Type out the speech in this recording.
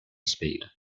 speed